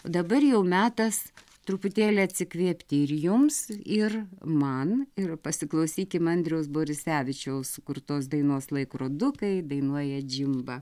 dabar jau metas truputėlį atsikvėpti ir jums ir man ir pasiklausykime andriaus borisevičiaus sukurtos dainos laikrodukai dainuoja džimba